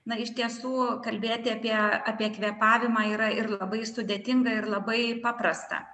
na iš tiesų kalbėti apie apie kvėpavimą yra ir labai sudėtinga ir labai paprasta